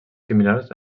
similars